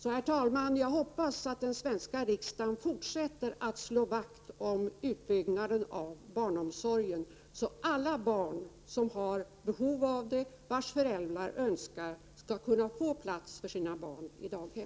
Jag hoppas alltså att den svenska riksdagen fortsätter att slå vakt om utbyggnaden av barnomsorgen, så att alla barn som har behov av det och vars föräldrar önskar det skall kunna få plats i daghem.